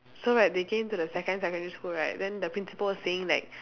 so right they came to the second secondary school right then the principal saying like